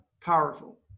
Powerful